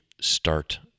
start